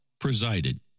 presided